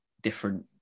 different